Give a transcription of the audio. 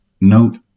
Note